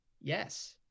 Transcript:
Yes